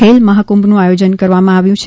ખેલ મહાકુંભનું આયોજન કરવામાં આવેલ છે